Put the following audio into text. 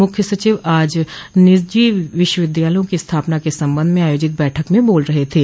मुख्य सचिव आज निजी विश्वविद्यालयों की स्थापना के संबंध में आयोजित बैठक में बोल रहे थे